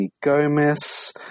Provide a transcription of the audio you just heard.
Gomez